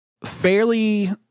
fairly